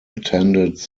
attended